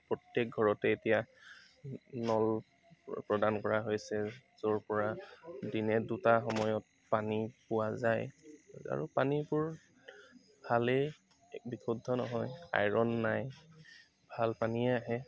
প্ৰত্যেক ঘৰতেই এতিয়া নল প্ৰদান কৰা হৈছে য'ৰ পৰা দিনে দুটা সময়ত পানী পোৱা যায় আৰু পানীবোৰ ভালেই বিশুদ্ধ নহয় আইৰণ নাই ভাল পানীয়ে আহে